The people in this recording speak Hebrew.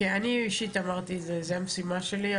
אני אישית אמרתי שזאת המשימה שלי.